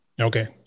okay